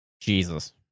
Jesus